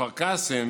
בכפר קאסם